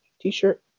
t-shirt